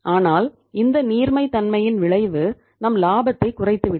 ஆனால் இந்த நீர்மை தன்மையின் விளைவு நம் லாபத்தை குறைத்து விட்டது